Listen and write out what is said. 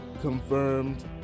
confirmed